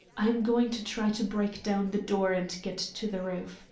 i'm going to try to break down the door and get to the roof,